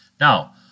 Now